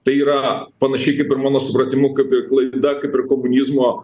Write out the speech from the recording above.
tai yra panašiai kaip ir mano supratimu kaip ir klaida kaip ir komunizmo